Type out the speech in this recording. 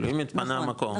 אם התפנה מקום,